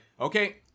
okay